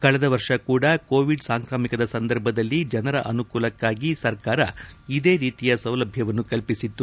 ಕಳೆದ ವರ್ಷ ಕೂಡ ಕೋವಿಡ್ ಸಾಂಕ್ರಾಮಿಕದ ಸಂದರ್ಭದಲ್ಲಿ ಜನರ ಅನುಕೂಲಕ್ಕಾಗಿ ಸರ್ಕಾರ ಇದೇ ರೀತಿಯ ಸೌಲಭ್ಯವನ್ನು ಕಲ್ಲಿಸಿತ್ತು